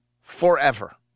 forever